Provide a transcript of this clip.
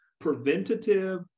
preventative